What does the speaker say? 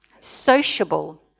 sociable